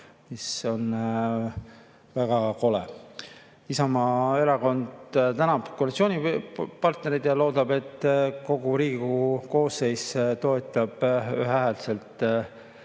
kõik on väga kole. Isamaa Erakond tänab koalitsioonipartnereid ja loodab, et kogu Riigikogu koosseis toetab ühehäälselt